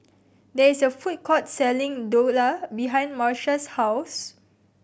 there is a food court selling Dhokla behind Marsha's house